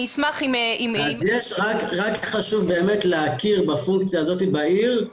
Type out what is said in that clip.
רק חשוב באמת להכיר בפונקציה הזו בעיר,